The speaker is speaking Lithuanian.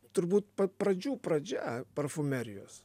turbūt pat pradžių pradžia parfumerijos